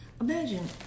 Imagine